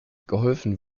geholfen